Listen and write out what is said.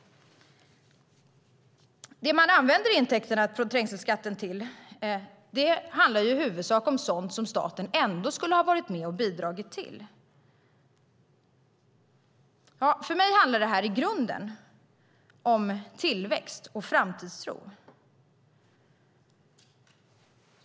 Det man använder intäkterna från trängselskatten till handlar i huvudsak om sådant som staten ändå skulle ha varit med och bidragit till. För mig handlar det i grunden om tillväxt och framtidstro.